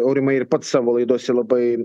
aurimai ir pats savo laidose labai